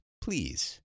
please